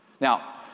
Now